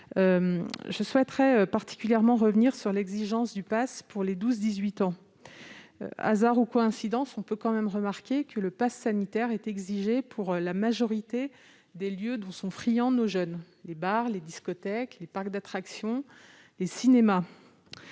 Je souhaiterais particulièrement revenir sur l'exigence du passe pour les jeunes âgés de 12 à 18 ans. Hasard ou coïncidence, on peut tout de même remarquer que le passe sanitaire est exigé pour la majorité des lieux dont sont friands nos jeunes : les bars, les discothèques, les parcs d'attractions, les cinémas